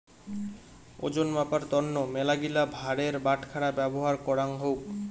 ওজন মাপার তন্ন মেলাগিলা ভারের বাটখারা ব্যবহার করাঙ হউক